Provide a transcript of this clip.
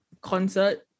concert